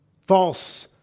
false